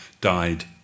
died